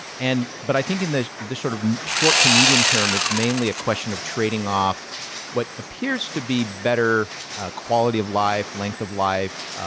and but i think in the the sort of short to medium term it's mainly a question of trading off what appears to be better quality of life, length of life,